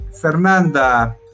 Fernanda